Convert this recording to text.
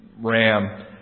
RAM